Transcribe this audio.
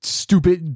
stupid